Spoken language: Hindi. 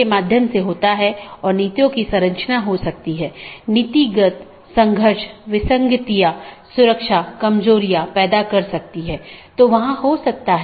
और यदि हम AS प्रकारों को देखते हैं तो BGP मुख्य रूप से ऑटॉनमस सिस्टमों के 3 प्रकारों को परिभाषित करता है